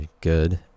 good